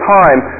time